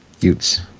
Utes